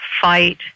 fight